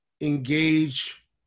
engage